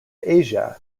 asia